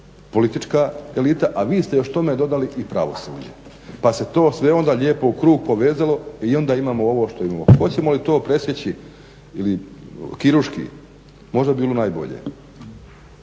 politička elita, a vi ste još tome dodali i pravosuđe pa se to onda lijepo sve u krug povezalo i onda imamo ovo što imamo. Hoćemo li to presjeći kirurški? Možda bi bilo najbolje.